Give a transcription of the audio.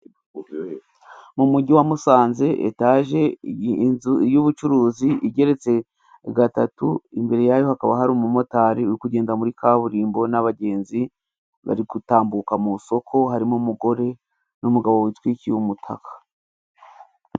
Mu mujyi wa Musanze etaje inzu y'ubucuruzi igeretse gatatu. Imbere yayo hakaba hari umumotari uri kugenda muri kaburimbo n'abagenzi bari gutambuka mu soko, harimo umugore n'umugabo witwikiriye umutaka.